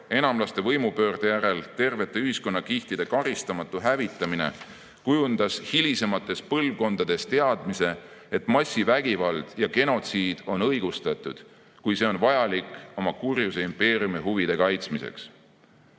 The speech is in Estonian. Enamlaste võimupöörde järel tervete ühiskonnakihtide karistamatu hävitamine kujundas hilisemates põlvkondades teadmise, et massivägivald ja genotsiid on õigustatud, kui see on vajalik oma kurjuse impeeriumi huvide kaitsmiseks.